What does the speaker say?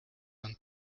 and